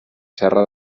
serra